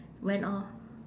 went off